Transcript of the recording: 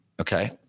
okay